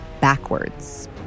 backwards